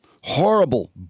Horrible